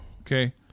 Okay